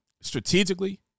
strategically